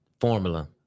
formula